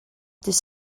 dydd